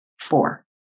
four